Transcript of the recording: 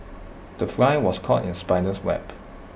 the fly was caught in spider's web